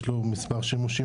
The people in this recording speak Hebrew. יש לו מספר שימושים,